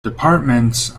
departments